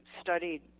studied